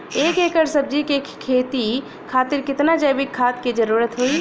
एक एकड़ सब्जी के खेती खातिर कितना जैविक खाद के जरूरत होई?